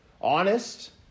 honest